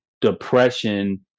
depression